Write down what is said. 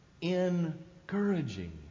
encouraging